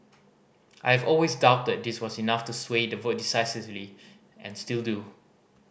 I've always doubted this was enough to sway the vote decisively and still do